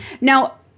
Now